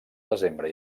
desembre